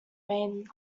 main